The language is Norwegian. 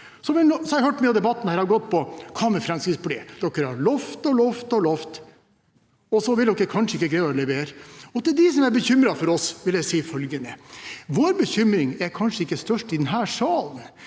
Jeg har hørt at mye av debatten her har gått på: Hva med Fremskrittspartiet – dere har lovet og lovet og lovet, og så vil dere kanskje ikke greie å levere? Til dem som er bekymret for oss, vil jeg si følgende: Vår bekymring er kanskje ikke størst i denne salen,